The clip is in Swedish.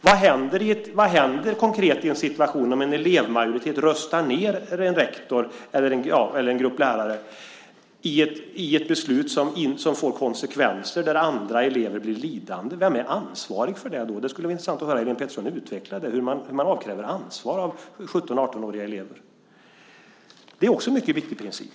Vad händer konkret i en situation där en elevmajoritet röstar ned en rektor eller en grupp lärare i ett beslut som får sådan konsekvenser att andra elever blir lidande? Vem blir ansvarig då? Det skulle vara intressant att höra Helene Petersson utveckla hur man avkräver ansvar av 17-18-åriga elever. Ansvarsutkrävande är också en mycket viktig princip.